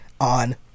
on